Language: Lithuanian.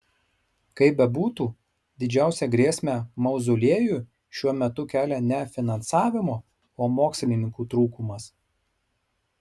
kaip bebūtų didžiausią grėsmę mauzoliejui šiuo metu kelia ne finansavimo o mokslininkų trūkumas